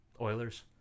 Oilers